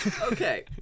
Okay